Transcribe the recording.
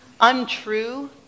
untrue